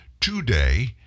today